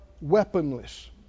weaponless